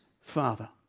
Father